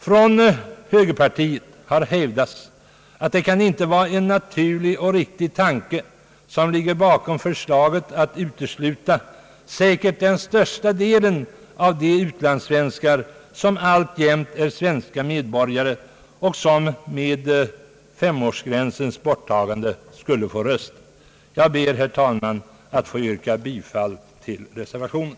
Från högerpartiet har vi hävdat, att det inte kan vara en naturlig och riktig tanke som ligger bakom förslaget att utesluta den säkert största delen av de utlandssvenskar som alltjämt är svenska medborgare och som med femårsgränsens borttagande skulle få rösta. Jag ber, herr talman, att få yrka bifall till reservationen.